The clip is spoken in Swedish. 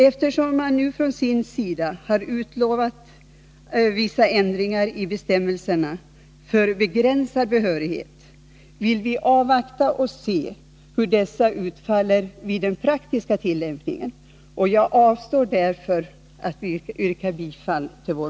Eftersom man från SIND:s sida har utlovat vissa ändringar i bestämmelserna för begränsad behörighet, vill vi avvakta och se hur dessa utfaller vid den praktiska tillämpningen. och jag avstår därför från att yrka bifall till vår